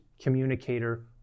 communicator